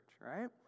right